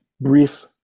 brief